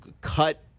cut